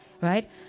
right